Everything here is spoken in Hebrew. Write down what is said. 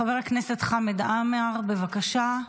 חבר הכנסת חמד עמאר, בבקשה,